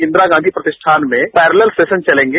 इंदिरा गांधी प्रतिष्ठान में पैरलर सैराव चलेंगे